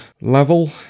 level